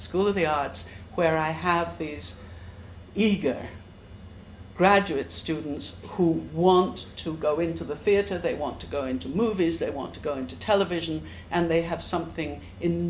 school of the arts where i have these eager graduate students who want to go into the theater they want to go into movies they want to go into television and they have something in